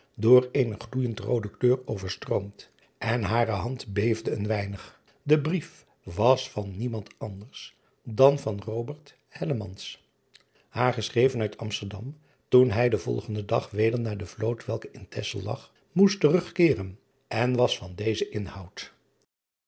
door eene gloeijend roode kleur overstroomd en hare hand beefde een weinig de brief was van niemand anders dan van haar geschreven uit msterdam toen hij den volgenden dag weder naar de vloot welke in exel lag moest terugkeeren en was van dezen inhoud